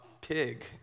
pig